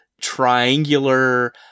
triangular